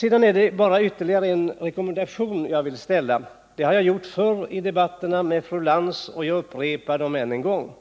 Jag vill vidare bara ge en rekommendation till fru Lantz. Jag har också tidigare gjort detta, men jag upprepar den än en gång: